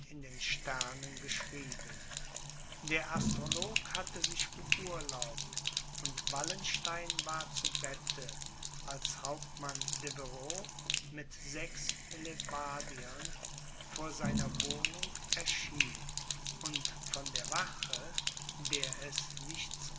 in den sternen geschrieben der astrolog hatte sich beurlaubt und wallenstein war zu bette als hauptmann deveroux mit sechs hellebardierern vor seiner wohnung erschien und von der wache der es nichts